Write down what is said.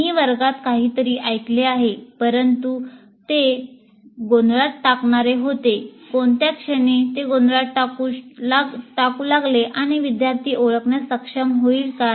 मी वर्गात काहीतरी ऐकले आहे परंतु ते गोंधळात टाकणारे होते कोणत्या क्षणी ते गोंधळात टाकू लागले आणि विद्यार्थी ओळखण्यास सक्षम होईल काय